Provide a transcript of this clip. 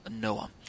Noah